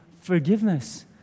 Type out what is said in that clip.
forgiveness